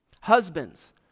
Husbands